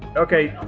okay,